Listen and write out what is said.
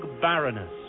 baroness